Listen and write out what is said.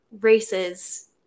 races